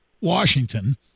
Washington